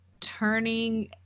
turning